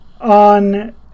on